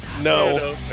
no